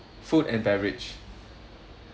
food and beverage